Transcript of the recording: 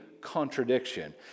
contradiction